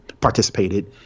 participated